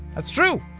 that's true!